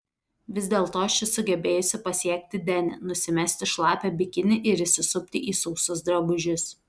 vis dėlto ši sugebėjusi pasiekti denį nusimesti šlapią bikinį ir įsisupti į sausus drabužius